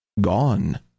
Gone